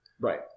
Right